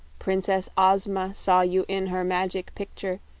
prin-cess oz-ma saw you in her mag-ic pic-ture,